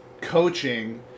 coaching